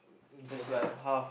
in Canada